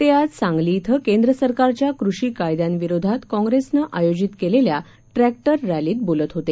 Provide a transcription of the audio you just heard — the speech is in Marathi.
ते आज सांगली केंद्र सरकारच्या कृषी कायद्यांविरोधात काँग्रेसनं आयोजित केलेल्या ट्रद्व उ रस्तीत बोलत होते